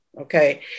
okay